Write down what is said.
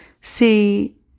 See